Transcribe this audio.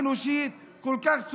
האנושית כל כך,